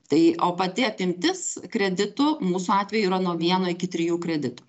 tai o pati apimtis kreditų mūsų atveju yra nuo vieno iki trijų kreditų